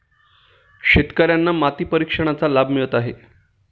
शेतकर्यांना माती परीक्षणाचा लाभ मिळत आहे